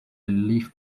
leaf